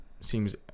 seems